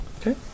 Okay